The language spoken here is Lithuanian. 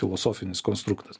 filosofinis konstruktas